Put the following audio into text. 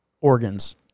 organs